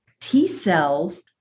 T-cells